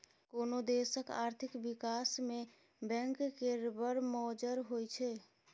कोनो देशक आर्थिक बिकास मे बैंक केर बड़ मोजर होइ छै